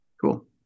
Cool